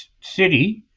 city